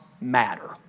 matter